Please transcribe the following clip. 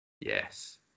Yes